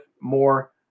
more